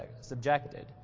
subjected